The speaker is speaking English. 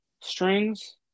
strings